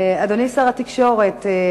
אדוני שר התקשורת,